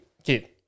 okay